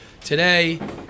today